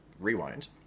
rewind